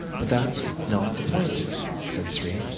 but that's not the point said sri.